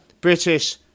British